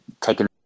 taking